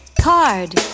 card